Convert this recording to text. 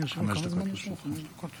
חבר הכנסת טופורובסקי, בבקשה.